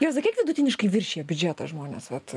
tiesa kiek vidutiniškai viršija biudžetą žmonės vat